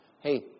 hey